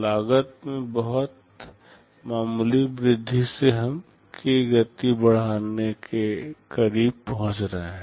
लागत में बहुत मामूली वृद्धि से हम k गति बढ़ाने के करीब पहुंच रहे हैं